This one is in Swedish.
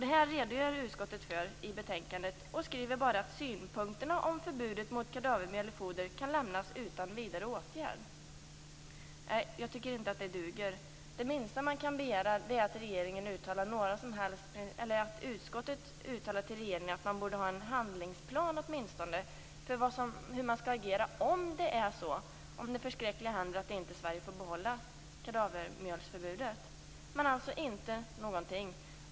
Detta redogör utskottet för i betänkandet och skriver bara att synpunkterna på förbudet mot kadavermjöl i foder kan lämnas utan vidare åtgärd. Jag tycker inte att det duger. Det minsta man kan begära är att utskottet gör ett uttalande till regeringen om att man borde ha åtminstone en handlingsplan för hur man skall agera om det förskräckliga händer att Sverige inte får behålla förbudet mot kadavermjöl. Men man gör alltså ingenting.